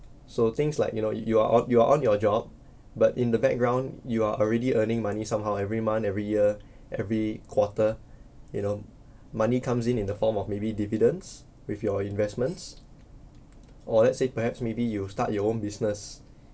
so things like you know you are you are on your job but in the background you are already earning money somehow every month every year every quarter you know money comes in in the form of maybe dividends with your investments or let's say perhaps maybe you start your own business